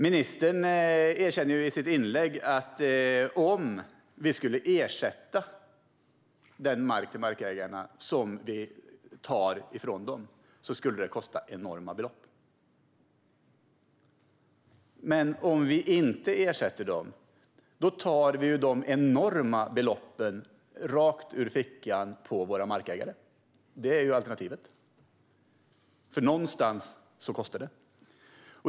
Ministern erkänner i sitt inlägg att det skulle kosta enorma belopp om vi skulle ersätta markägarna för den mark som vi tar ifrån dem. Men om vi inte ersätter dem tar vi ju dessa enorma belopp rakt ur fickan på våra markägare. Det är alternativet, för någonstans kostar det.